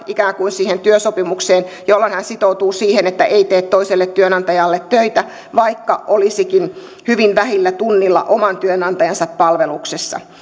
ikään kuin kilpailukieltoruksia työsopimukseen jolloin sitoutuu siihen että ei tee toiselle työnantajalle töitä vaikka olisikin hyvin vähillä tunneilla oman työnantajansa palveluksessa